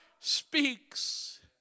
speaks